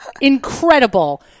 incredible